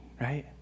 right